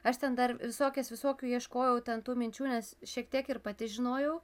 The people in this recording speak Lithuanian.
aš ten dar visokias visokių ieškojau ten tų minčių nes šiek tiek ir pati žinojau